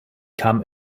kam